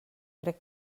crec